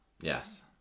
Yes